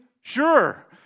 Sure